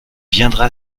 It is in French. viendra